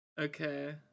Okay